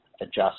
adjust